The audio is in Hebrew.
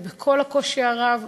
ובכל הקושי הרב,